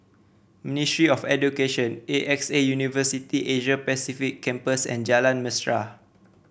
Ministry of Education A X A University Asia Pacific Campus and Jalan Mesra